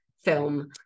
film